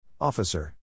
Officer